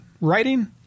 writing